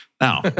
Now